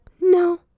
no